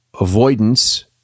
avoidance